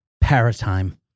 Paratime